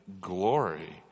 glory